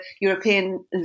European